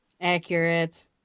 Accurate